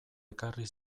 ekarri